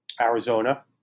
Arizona